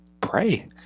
pray